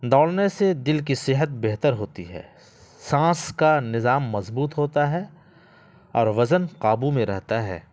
دوڑنے سے دل کی صحت بہتر ہوتی ہے سانس کا نظام مضبوط ہوتا ہے اور وزن قابو میں رہتا ہے